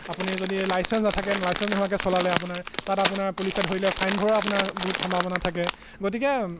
আপুনি যদি লাইচেঞ্চ নাথাকে লাইচেঞ্চ নোহোৱাকৈ চলালে আপোনাৰ তাত আপোনাৰ পুলিচে ধৰিলে ফাইন ভৰাও আপোনাৰ বহুত সম্ভাৱনা থাকে গতিকে